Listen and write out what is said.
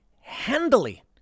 handily